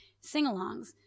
sing-alongs